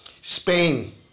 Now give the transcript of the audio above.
Spain